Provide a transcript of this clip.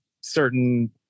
certain